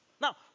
Now